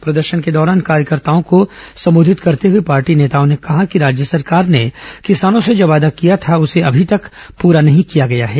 प्रदर्शन के दौरान कार्यकर्ताओं को संबोधित करते हुए पार्टी नेताओं ने कहा की राज्य सरकार ने किसानों से जो वादा किया था उसे अभी तक पूरा नहीं किया गया है